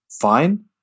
fine